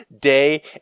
day